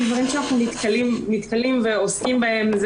דברים שאנחנו נתקלים בהם ועוסקים בהם.